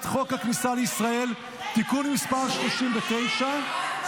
חוק הכניסה לישראל (תיקון מס' 39). רגע,